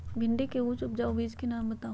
भिंडी के उच्च उपजाऊ बीज के नाम बताऊ?